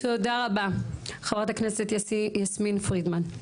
תודה רבה, חברת הכנסת יסמין פרידמן.